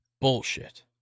bullshit